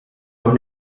doch